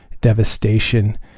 devastation